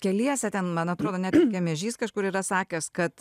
keliese ten man atrodo net kemežys kažkur yra sakęs kad